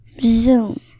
zoom